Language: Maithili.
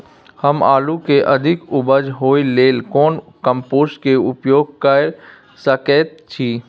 हम आलू के अधिक उपज होय लेल कोन कम्पोस्ट के उपयोग कैर सकेत छी?